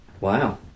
Wow